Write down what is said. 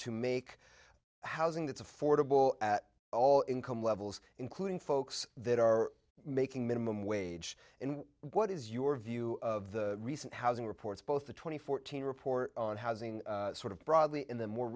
to make housing that's affordable at all income levels including folks that are making minimum wage and what is your view of the recent housing reports both the twenty fourteen report on housing sort of broadly in the more